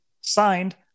Signed